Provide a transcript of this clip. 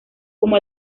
como